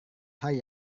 hari